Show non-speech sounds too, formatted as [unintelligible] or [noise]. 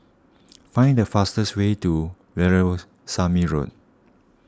find the fastest way to [unintelligible] Road